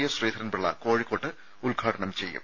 S Sreedharan Pillai കോഴിക്കോട്ട് ഉദ്ഘാടനം ചെയ്യും